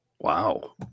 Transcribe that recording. Wow